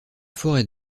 forêts